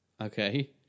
okay